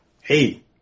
Hey